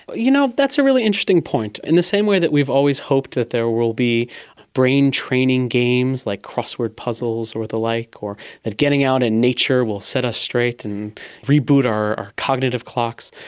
but you know, that's a really interesting point. in the same way that we have always hoped that there will be brain training games like crossword puzzles or the like, or that getting out in nature will set us straight and reboot our our cognitive clocks,